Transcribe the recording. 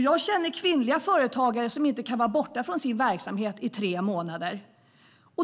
Jag känner kvinnliga företagare som inte kan vara borta från sin verksamhet i tre månader.